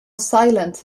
silent